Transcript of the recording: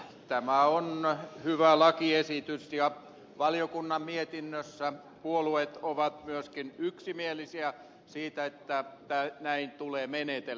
tämä on hyvä lakiesitys ja valiokunnan mietinnössä puolueet ovat myöskin yksimielisiä siitä että näin tulee menetellä